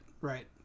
right